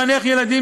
מחייב.